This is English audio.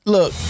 Look